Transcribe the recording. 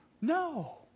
no